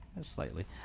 slightly